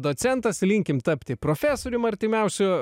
docentas linkim tapti profesorium artimiausiu